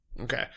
Okay